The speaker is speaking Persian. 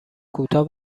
کوتاه